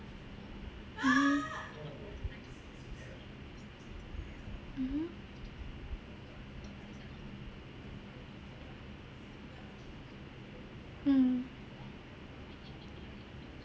mmhmm mmhmm mmhmm